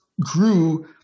grew